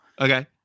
Okay